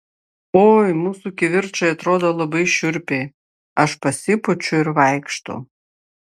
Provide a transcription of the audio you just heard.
oi mūsų kivirčai atrodo labai šiurpiai aš pasipučiu ir vaikštau